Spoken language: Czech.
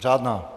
Řádná.